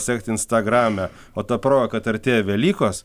sekti instagrame o ta proga kad artėja velykos